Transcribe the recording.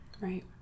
Right